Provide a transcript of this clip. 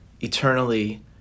eternally